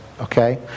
okay